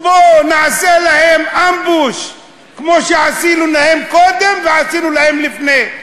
בוא נעשה להם אמבוש כמו שעשינו להם קודם ועשינו להם לפני.